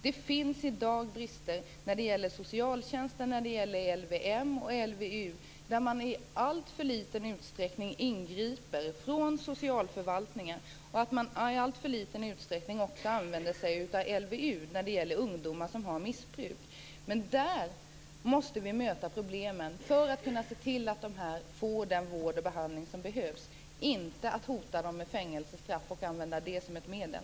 Det finns i dag brister när det gäller socialtjänsten, LVM och LVU där man i alltför liten utsträckning ingriper från socialförvaltningen, och där man i alltför liten utsträckning använder sig av LVU för ungdomar med missbruk. Där måste vi möta problemen för att se till att dessa ungdomar får den vård och behandling som behövs. Vi skall inte hota dem med fängelsestraff, och använda det som ett medel.